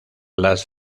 las